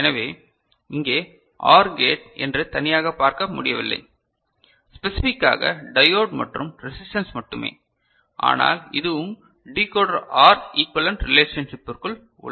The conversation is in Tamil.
எனவே இங்கே OR கேட் என்று தனியாக பார்க்க முடியவில்லை ஸ்பெசிஃபிக்காக டையோடு மற்றும் ரெசிஸ்டன்ஸ் மட்டுமே ஆனால் இதுவும் டிகோடர் OR இக்குவலன்ட் ரிலேஷன்ஷிப்பிற்குள் உள்ளது